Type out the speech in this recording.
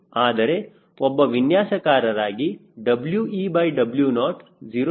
ಆದರೆ ಒಬ್ಬ ವಿನ್ಯಾಸಕಾರರಾಗಿ WeW0 0